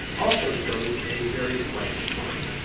also shows a very slight decline.